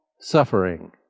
suffering